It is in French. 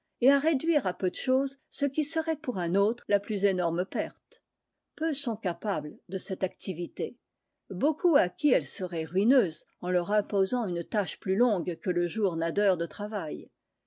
et à réduire à peu de chose ce qui serait pour un autre la plus énorme perte peu sont capables de cette activité beaucoup à qui elle serait ruineuse en leur imposant une tâche plus longue que le jour n'a d'heures de travail